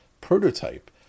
prototype